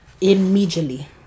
immediately